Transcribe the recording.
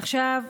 עכשיו,